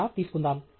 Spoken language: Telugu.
ఒక గ్రాఫ్ తీసుకుందాం